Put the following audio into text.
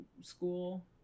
school